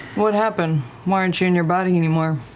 what happened? why aren't you in your body anymore?